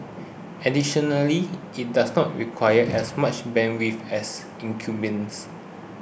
additionally it does not require as much bandwidth as incumbents